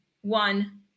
one